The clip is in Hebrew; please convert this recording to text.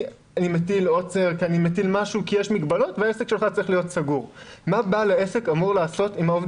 מה בעל העסק צריך לעשות עם העובדים?